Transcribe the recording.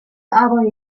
aber